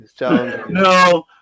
No